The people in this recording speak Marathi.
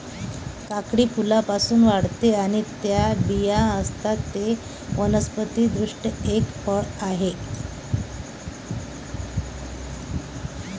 काकडी फुलांपासून वाढते आणि त्यात बिया असतात, ते वनस्पति दृष्ट्या एक फळ आहे